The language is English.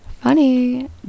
funny